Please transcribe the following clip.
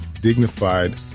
dignified